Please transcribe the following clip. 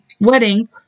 wedding